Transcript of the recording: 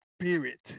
spirit